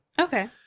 Okay